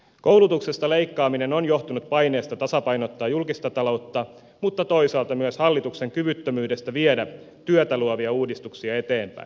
koulutuksesta leikkaaminen on johtunut paineesta tasapainottaa julkista taloutta mutta toisaalta myös hallituksen kyvyttömyydestä viedä työtä luovia uudistuksia eteenpäin